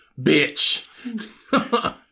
bitch